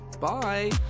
Bye